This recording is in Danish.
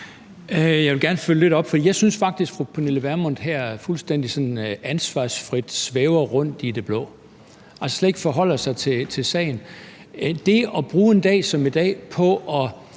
Jeg vil gerne følge lidt op på det, for jeg synes faktisk, at fru Pernille Vermund her fuldstændig ansvarsfrit svæver rundt i det blå og slet ikke forholder sig til sagen. Det at bruge en dag som i dag på at